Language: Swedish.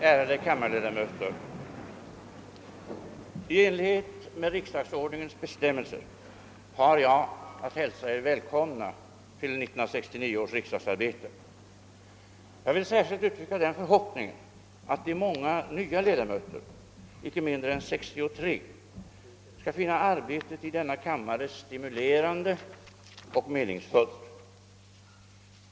Ärade kammarledamöter! I enlighet med riksdagsordningens bestämmelser har jag att hälsa er välkomna till 1969 års riksdagsarbete. Jag vill särskilt uttrycka den förhoppningen, att de många nya ledamöterna — inte mindre än 63 — skall finna arbetet i denna kammare stimulerande och meningsfullt.